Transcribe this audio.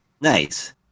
nice